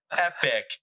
epic